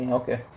okay